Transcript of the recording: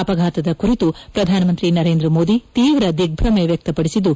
ಅಪಘಾತದ ಕುರಿತು ಪ್ರಧಾನ ಮಂತ್ರಿ ನರೇಂದ್ರ ಮೋದಿ ತೀವ್ರ ದಿಗ್ದಮೆ ವ್ವಕ್ತಪಡಿಸಿದ್ದು